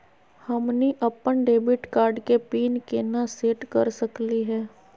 हमनी अपन debit card के पीन केना सेट कर सकली हे?